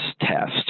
test